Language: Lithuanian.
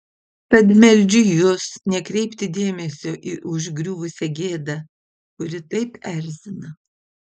tad meldžiu jus nekreipti dėmesio į užgriuvusią gėdą kuri taip erzina